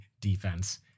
defense